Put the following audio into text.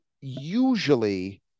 usually